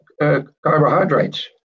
Carbohydrates